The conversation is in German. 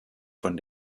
von